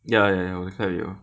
ya ya ya 我的 clap 有